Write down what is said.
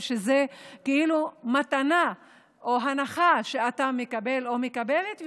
שזו מתנה או הנחה שאתה מקבל או מקבלת,